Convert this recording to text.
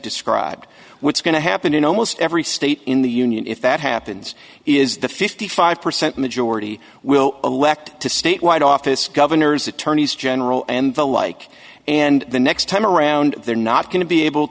describe what's going to happen in almost every state in the union if that happens is the fifty five percent majority will elect to statewide office governors attorneys general and the like and the next time around they're not going to be able